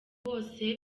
bose